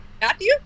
Matthew